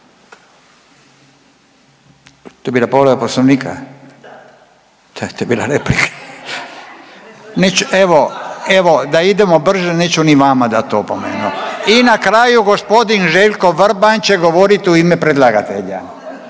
To je bila povreda Poslovnika? To je bila replika. Neću, evo, evo, da idemo brže, neću ni vama dati opomenu i na kraju g. Željko Vrban će govoriti u ime predlagatelja.